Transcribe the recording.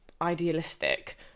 idealistic